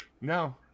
No